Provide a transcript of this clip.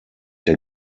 der